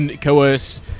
coerce